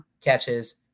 catches